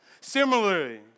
Similarly